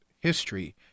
history